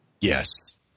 Yes